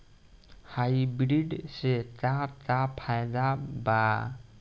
Hybrid से का का फायदा बा?